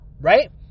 right